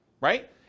right